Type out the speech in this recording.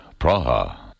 Praha